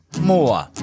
more